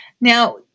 Now